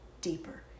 deeper